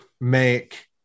make